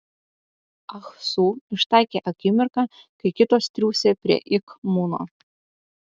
ah su ištaikė akimirką kai kitos triūsė prie ik muno